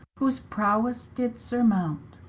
whose prowesse did surmount.